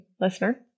listener